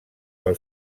del